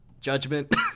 Judgment